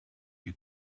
you